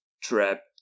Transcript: trap